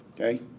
Okay